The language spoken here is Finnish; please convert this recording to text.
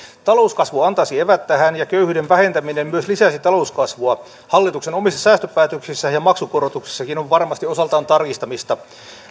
talouskasvu antaisi eväät tähän ja köyhyyden vähentäminen myös lisäisi talouskasvua hallituksen omissa säästöpäätöksissä ja maksukorotuksissakin on varmasti osaltaan tarkistamista